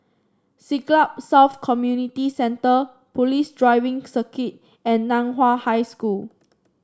Siglap South Community Centre Police Driving Circuit and Nan Hua High School